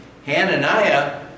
Hananiah